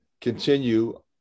continue